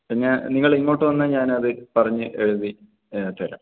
പിന്നെ നിങ്ങൾ ഇങ്ങോട്ട് വന്നാൽ ഞാൻ അത് പറഞ്ഞ് എഴുതി തരാം